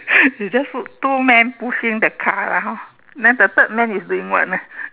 you just put two men pushing the car lah hor then the third man is doing what ah